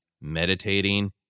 meditating